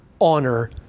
honor